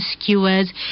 skewers